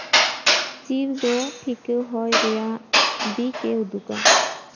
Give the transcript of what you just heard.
ᱪᱤᱨ ᱫᱚ ᱴᱷᱤᱠᱟᱹ ᱦᱚᱭ ᱨᱮᱭᱟᱜ ᱫᱤᱠ ᱮ ᱩᱫᱩᱜᱟ